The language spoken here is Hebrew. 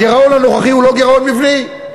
הגירעון הנוכחי הוא לא גירעון מבני,